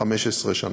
15 שנה,